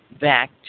back